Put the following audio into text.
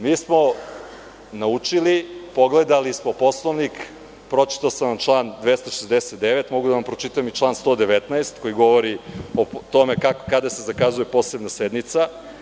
Mi smo naučili, pogledali smo Poslovnik, pročitao sam vam član 269, a mogu da vam pročitam i član 119. koji govori o tome kada se zakazuje posebna sednica.